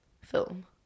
film